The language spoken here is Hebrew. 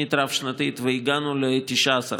תוכנית רב-שנתית, והגענו ל-19%.